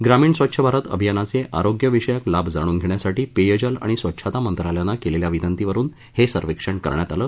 ग्रामीण स्वच्छ भारत अभियानाचे आरोग्यविषयक लाभ जाणून घेण्यासाठी पेयजल आणि स्वच्छता मंत्रालयानं केलेल्या विनंतीवरून हे सर्वेक्षण करण्यात आलं